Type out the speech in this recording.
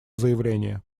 заявления